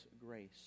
grace